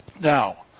Now